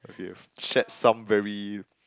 we have shared some very